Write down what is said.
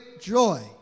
joy